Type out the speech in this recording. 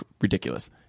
ridiculous